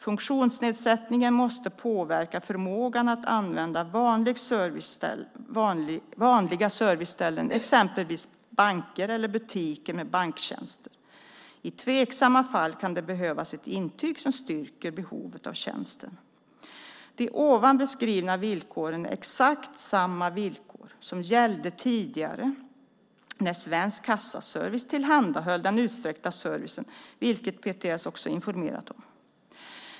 Funktionsnedsättningen måste påverka förmågan att använda vanliga serviceställen, exempelvis banker eller butiker med banktjänster. I tveksamma fall kan det behövas ett intyg som styrker behovet av tjänsten. De ovan beskrivna villkoren är exakt samma villkor som gällde tidigare när Svensk Kassaservice tillhandahöll den utsträckta servicen, vilket PTS också informerat om.